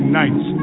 nights